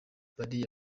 bariya